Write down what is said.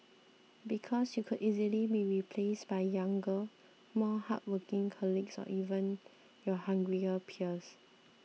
because you could easily be replaced by younger more hardworking colleagues or even your hungrier peers